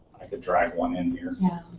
i can drag one in here.